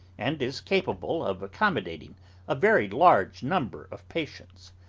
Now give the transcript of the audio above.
and is capable of accommodating a very large number of patients.